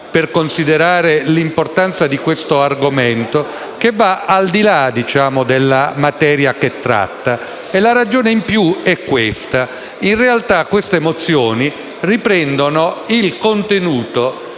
per considerare l'importanza di questo argomento, che va al di là della materia che tratta, ed è la seguente: in realtà le mozioni riprendono il contenuto